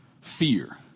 fear